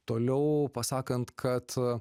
toliau pasakant kad